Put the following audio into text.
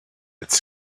its